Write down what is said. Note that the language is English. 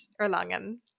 Erlangen